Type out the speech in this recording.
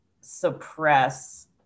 suppress